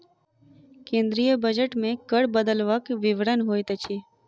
केंद्रीय बजट मे कर मे बदलवक विवरण होइत अछि